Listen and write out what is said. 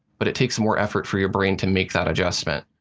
but it takes more effort for your brain to make that adjustment.